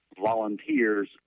volunteers